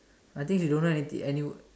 I think she don't know anything any word